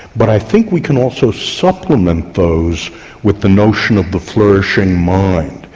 but i think we can also supplement those with the notion of the flourishing mind,